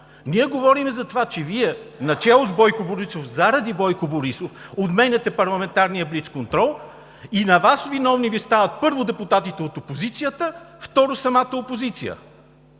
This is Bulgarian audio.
Ние говорим за това, че Вие, начело с Бойко Борисов – заради Бойко Борисов, отменяте парламентарния блицконтрол, и на Вас виновни Ви стават, първо, депутатите от опозицията, второ, самата опозиция.